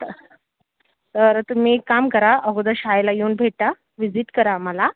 तर तर तुम्ही एक काम करा अगोदर शाळेला येऊन भेटा विजिट करा आम्हाला